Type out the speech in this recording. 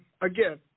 again